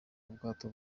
ubwato